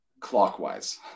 clockwise